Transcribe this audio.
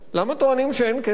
למה טוענים שאין כסף?